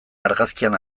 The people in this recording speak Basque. argazkian